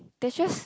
there's just